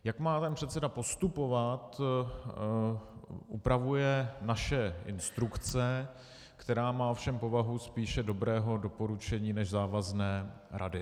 Jak má předseda postupovat, upravuje naše instrukce, která má ovšem povahu spíše dobrého doporučení než závazné rady.